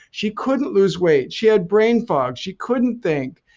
she couldn't lose weight. she had brain fog. she couldn't think.